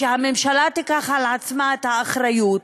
שהממשלה תיקח על עצמה את האחריות,